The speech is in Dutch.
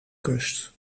kust